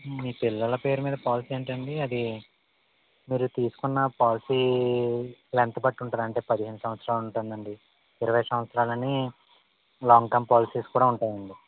మీ పిల్లల పేరు మీద పాలిసీ అంటేనండి అది మీరు తీసుకున్న పాలిసీ లెంగ్త్ బట్టి ఉంటాదండి అంటే పదేహేను సంవత్సరాలు ఉంటదండి ఇరవై సంవత్సరాలు అని లాంగ్ టర్మ్ పాలిసీస్ కూడ ఉంటాయండి